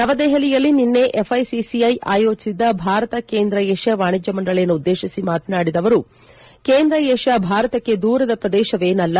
ನವದೆಹಲಿಯಲ್ಲಿ ನಿನ್ನೆ ಎಫ್ಐಸಿಸಿಐ ಆಯೋಜಿಸಿದ್ದ ಭಾರತ ಕೇಂದ್ರ ವಿಷ್ಣಾ ವಾಣಿಜ್ಯ ಮಂಡಳಿಯನ್ನು ಉದ್ದೇಶಿಸಿ ಮಾತನಾಡಿದ ಅವರು ಕೇಂದ್ರ ಏಷ್ಯಾ ಭಾರತಕ್ಕೆ ದೂರದ ಪ್ರದೇಶವೇನಲ್ಲ